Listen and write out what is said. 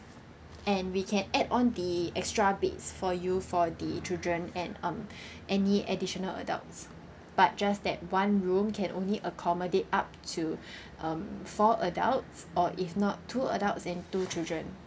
and we can add on the extra beds for you for the children and um any additional adults but just that one room can only accommodate up to um four adults or if not two adults and two children